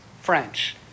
French